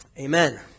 amen